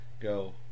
go